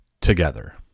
together